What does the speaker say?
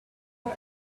for